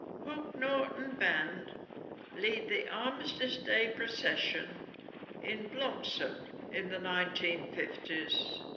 hook norton band lead the armistice day procession in bloxham in the nineteen fifty s